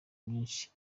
myinshi